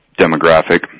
demographic